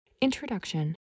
Introduction